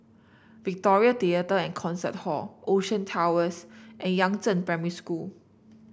Victoria Theatre And Concert Hall Ocean Towers and Yangzheng Primary School